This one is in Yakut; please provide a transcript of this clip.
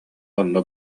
онно